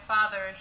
Father